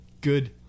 good